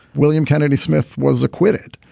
william kennedy smith was acquitted.